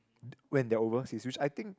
when they overseas which I think